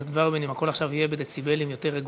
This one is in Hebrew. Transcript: הצעה לסדר-היום מס' 2293. אנחנו נשמח,